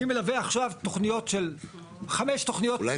אני מלווה עכשיו חמש תוכניות --- אולי